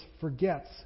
forgets